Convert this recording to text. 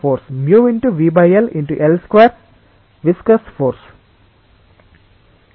μ × VL × L2 viscous force